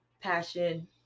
passion